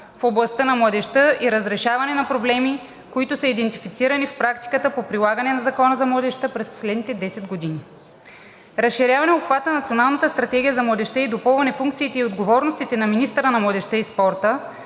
в областта на младежта и разрешаване на проблеми, които са идентифицирани в практиката по прилагане на Закона за младежта през последните 10 години. Разширяване на обхвата на Националната стратегия за младежта и допълване функциите и отговорностите на министъра на младежта и спорта